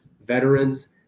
veterans